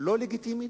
לא לגיטימית.